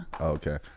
Okay